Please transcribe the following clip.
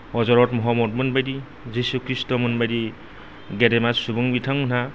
हजरत महम्मदमोनबायदि जिसु ख्रिस्ट'मोनबायदि गेदेमा सुबुं बिथांमोनहा